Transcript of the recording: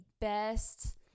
best